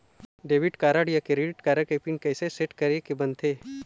Debit card या credit card के PIN कइसे सेट करे के बनते?